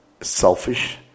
selfish